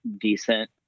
decent